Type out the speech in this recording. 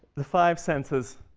the five senses